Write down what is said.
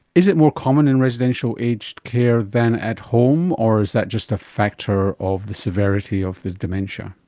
is it more common in residential aged care than at home, or is that just a factor of the severity of the dementia?